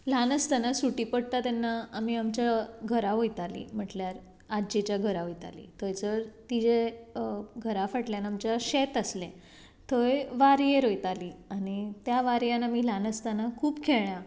ल्हान आसतना सुटी पडटा तेन्ना आमी आमच्या घरा वयताली म्हटल्यार आज्जेच्या घरा वयताली थंयसर तिज्या घरा फाटल्यान आमच्या शेत आसलें थंय वारयेर वयताली आनी त्या वारयेन आमी लान आसतना खूब खेळ्ळ्या